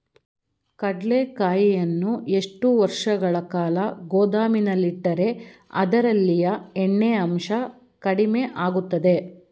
ಕಡ್ಲೆಕಾಯಿಯನ್ನು ಎಷ್ಟು ವರ್ಷಗಳ ಕಾಲ ಗೋದಾಮಿನಲ್ಲಿಟ್ಟರೆ ಅದರಲ್ಲಿಯ ಎಣ್ಣೆ ಅಂಶ ಕಡಿಮೆ ಆಗುತ್ತದೆ?